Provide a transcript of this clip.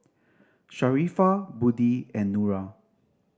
Sharifah Budi and Nura